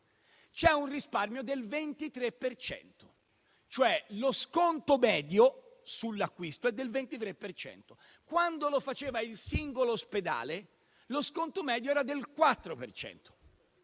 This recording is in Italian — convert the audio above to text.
c'è un risparmio del 23 per cento (cioè lo sconto medio sull'acquisto è del 23 per cento). Quando lo faceva il singolo ospedale, lo sconto medio era del 4